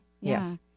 yes